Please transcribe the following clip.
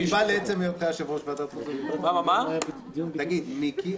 הסיבה לעצם היותך יושב-ראש ועדת החוץ והביטחון תגיד: מיקי,